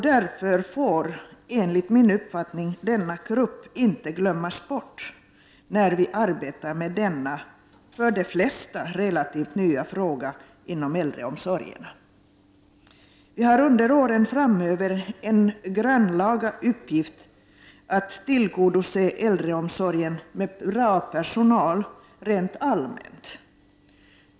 Därför får, enligt min uppfattning, denna grupp inte glömmas bort när vi arbetar med denna, för de flesta relativt nya, fråga inom äldreomsorgen. Vi har under åren framöver en grannlaga uppgift att tillgodose äldreomsorgen med bra personal rent allmänt.